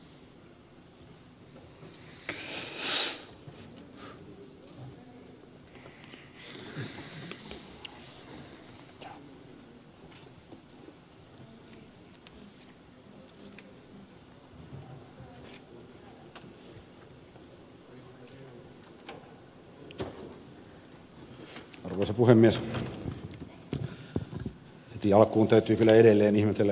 heti alkuun täytyy kyllä edelleen ihmetellä ed